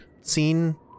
seen